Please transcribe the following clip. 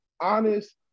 honest